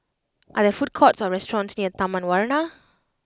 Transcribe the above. are there food courts or restaurants near Taman Warna